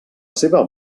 seva